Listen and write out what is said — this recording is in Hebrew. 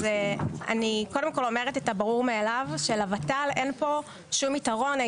אז אני קודם כל אומרת את הברור מאליו לות"ל אין פה שום יתרון.